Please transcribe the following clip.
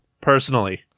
personally